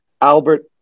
Albert